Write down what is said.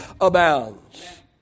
abounds